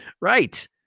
Right